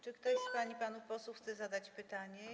Czy ktoś z pań i panów posłów chce jeszcze zadać pytanie?